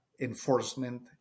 Enforcement